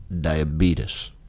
Diabetes